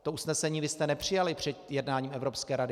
To usnesení vy jste nepřijali před jednáním Evropské rady.